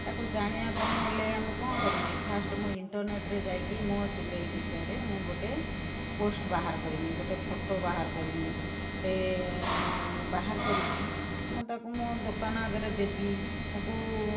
ତାକୁ ଜାଣିବା ପାଇଁ ହେଲେ ଆମେ କଣ କରିମିଁ ଫାର୍ଷ୍ଟ ମୁଁ ଇଣ୍ଟର୍ନେଟରେ ଯାଇକି ମୋ ସିଲେଇ ବିଷୟରେ ମୁଁ ଗୋଟେ ପୋଷ୍ଟ ବାହାର କରିମି ଫଟୋ ବାହାର କରିମି ଗୋଟେ ବାହାର କରିକି ମୁଁ ତାକୁ ମୋ ଦୋକାନ ଆଗରେ ଦେବି ତାକୁ